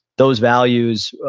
those values,